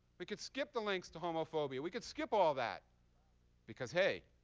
we could skip the links to homophobia. we could skip all that because hey,